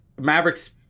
Maverick's